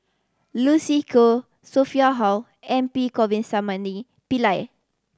Lucy Koh Sophia Hull and P Govindasamy Pillai